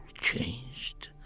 changed